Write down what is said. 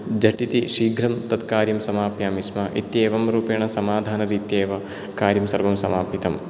झटिति शीघ्रं तद् कार्यं समापयामि स्म इत्येवं रूपेण समाधानरीत्येव कार्यं सर्वं समापितम्